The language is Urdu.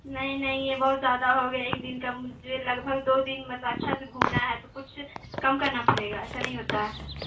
نہیں نہیں یہ بہت زیادہ ہو گیا ایک دن کا مجھے لگ بھگ دو دن مطلب اچھا سے گھومنا ہے تو کچھ کم کرنا پڑے گا ایسا نہیں ہوتا ہے